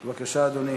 בבקשה, אדוני.